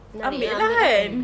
menarik lah mm mm